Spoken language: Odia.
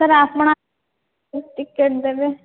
ସାର୍ ଆପଣ ଟିକେଟ୍ ଦେବେ